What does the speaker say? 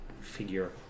figure